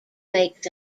makes